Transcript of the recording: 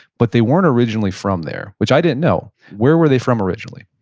but they weren't originally from there, which i didn't know. where were they from originally?